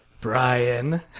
Brian